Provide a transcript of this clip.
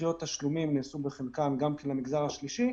דחיות התשלומים נעשו בחלקן גם כן למגזר השלישי.